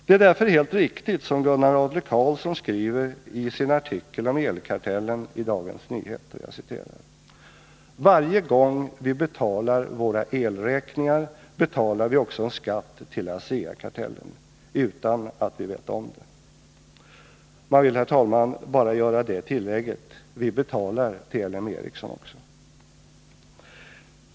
Det är därför helt riktigt som Gunnar Adler-Karlsson skriver i sin artikel om elkartellen i Dagens Nyheter: ”Varje gång vi betalar våra elräkningar betalar vi också på en skatt till Aseakartellen. Utan att vi vet om det.” Man vill, herr talman, bara göra det tillägget: Vi betalar till LM Ericsson också.